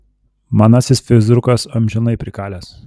manasis fizrukas amžinai prikalęs